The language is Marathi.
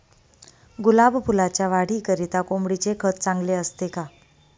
गुलाब फुलाच्या वाढीकरिता कोंबडीचे खत चांगले असते का?